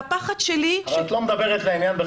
תסלחי לי, את לא מדברת לעניין.